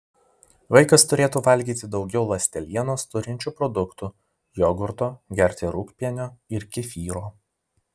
vaikas turėtų valgyti daugiau ląstelienos turinčių produktų jogurto gerti rūgpienio ir kefyro